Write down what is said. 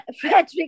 frederick